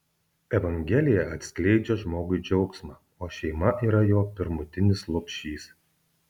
evangelija atskleidžia žmogui džiaugsmą o šeima yra jo pirmutinis lopšys